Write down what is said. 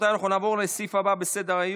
נעבור להצבעה נוספת,